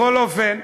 בכל אופן,